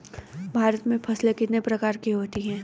भारत में फसलें कितने प्रकार की होती हैं?